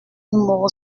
numéro